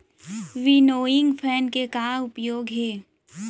Winnowing fan के का उपयोग हे?